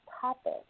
topic